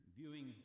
viewing